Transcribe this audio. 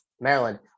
Maryland